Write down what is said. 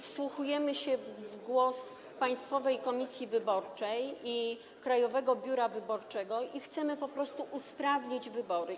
Wsłuchujemy się w głos Państwowej Komisji Wyborczej i Krajowego Biura Wyborczego i chcemy po prostu usprawnić wybory.